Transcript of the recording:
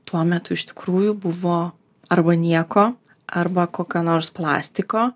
tuo metu iš tikrųjų buvo arba nieko arba kokio nors plastiko